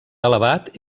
elevat